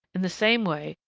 in the same way,